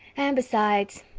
and besides,